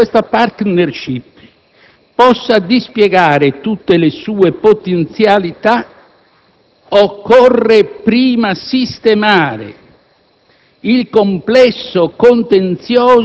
Ma perché questa *partnership* possa dispiegare tutte le sue potenzialità, occorre prima sistemare